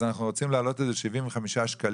אז אנחנו רוצים להעלות את זה ב-75 שקלים,